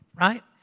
Right